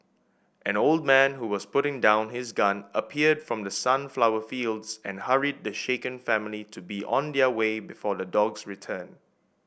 an old man who was putting down his gun appeared from the sunflower fields and hurried the shaken family to be on their way before the dogs return